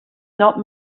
not